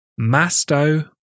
Masto